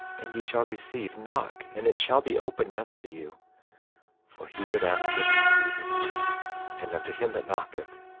and ye shall receive knock, and it shall be opened unto you for he that asketh, receiveth and unto him that knocketh,